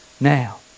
Now